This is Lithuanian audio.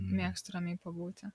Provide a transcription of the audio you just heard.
mėgstu ramiai pabūti